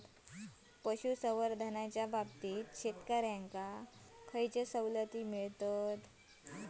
पशुसंवर्धनाच्याबाबतीत शेतकऱ्यांका कसले सवलती मिळतत?